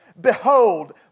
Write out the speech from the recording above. Behold